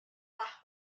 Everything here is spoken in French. par